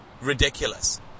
ridiculous